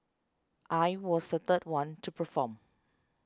I was the third one to perform